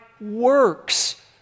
works